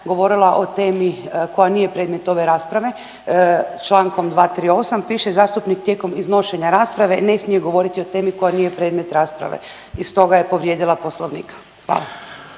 govorila o temi koja nije predmet ove rasprave, Člankom 238. piše zastupnik tijekom iznošenja rasprave ne smije govoriti o temi koja nije predmet rasprave i stoga je povrijedila Poslovnik. Hvala.